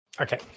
okay